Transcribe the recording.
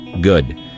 good